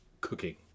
cooking